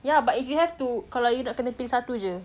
ya but if you have to kalau you nak kena pilih satu je